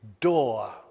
door